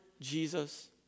Jesus